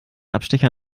abstecher